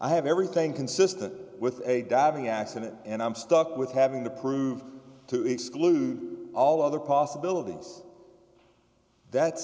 i have everything consistent with a diving accident and i'm stuck with having to prove to exclude all other possibilities that